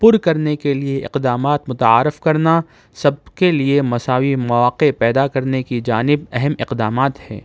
پُر کرنے کے لیے اقدامات متعارف کرنا سب کے لیے مساوی مواقع پیدا کرنے کی جانب اہم اقدامات ہیں